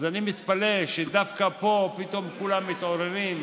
אז אני מתפלא שדווקא פה כולם מתעוררים,